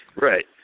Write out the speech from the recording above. Right